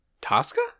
Tosca